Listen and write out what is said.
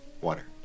water